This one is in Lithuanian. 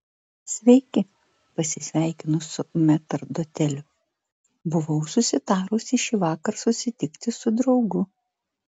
sveiki pasisveikinu su metrdoteliu buvau susitarusi šįvakar susitikti su draugu